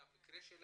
את המקרה שלהם,